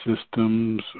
systems